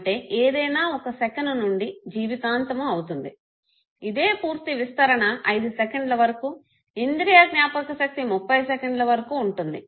అంటే ఏదైనా ఒక ఒక సెకను నుండి జీవితాంతము అవుతుంది ఇదే పూర్తి విస్తరణ 5 సెకండ్ల వరకు ఇంద్రియ జ్ఞాపకాశక్తి 30 సెకండ్ల వరకు ఉంటుంది